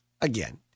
Again